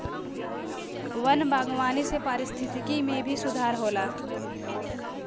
वन बागवानी से पारिस्थिकी में भी सुधार होला